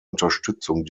unterstützung